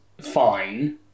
fine